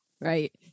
right